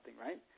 Right